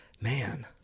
Man